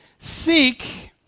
Seek